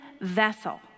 vessel